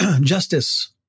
justice